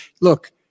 look